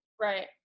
Right